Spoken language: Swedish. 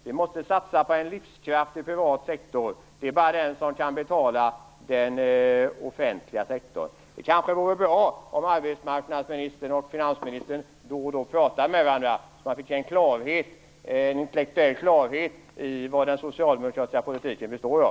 Vi måste satsa på en livskraftig privat sektor. Det är bara den som kan betala den offentliga sektorn. Det kanske vore bra om arbetsmarknadsministern och finansministern då och då pratade med varandra så att det blev en intellektuell klarhet i vad den socialdemokratiska politiken består av.